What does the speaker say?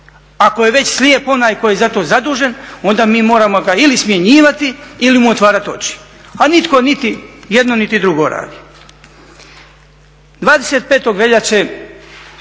Ako je već slijep onaj koji je za to zadužen, onda mi moramo ga ili smjenjivati ili mu otvarati oči, a nitko niti jedno niti drugo radi. 25. veljače